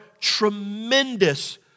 tremendous